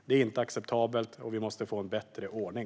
Det är inte acceptabelt, och vi måste få en bättre ordning.